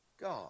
God